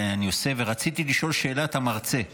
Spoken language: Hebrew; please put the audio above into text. ורציתי לשאול שאלה את המרצה.